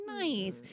nice